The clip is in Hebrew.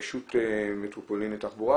רשות מטרופולין ותחבורה,